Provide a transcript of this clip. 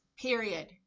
period